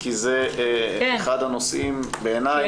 -- כי זה אחד הנושאים שבעיני הוא